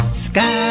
sky